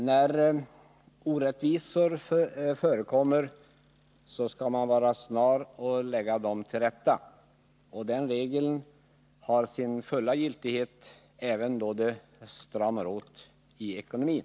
Herr talman! När orättvisor förekommer skall man vara snar att lägga dem till rätta. Den regeln har sin fulla giltighet även då det stramar åt i ekonomin.